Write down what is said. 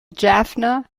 jaffna